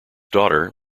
daughter